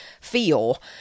feel